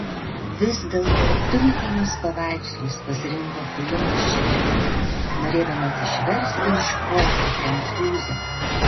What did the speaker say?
vis dėlto tinkamus paveikslus pasirinko klimas ščedrinas norėdamas išversti iš koto prancūzę